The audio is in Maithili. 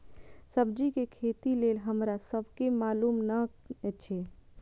सब्जी के खेती लेल हमरा सब के मालुम न एछ?